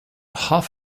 half